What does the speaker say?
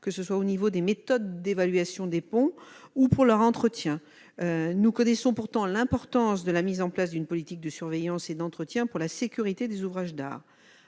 s'agissant tant des méthodes d'évaluation des ponts que de leur entretien. Nous connaissons pourtant l'importance de la mise en oeuvre d'une politique de surveillance et d'entretien pour la sécurité des ouvrages d'art.